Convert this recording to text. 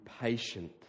patient